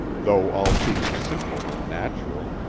though all seemed simple and natural,